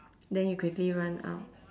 then you quickly run out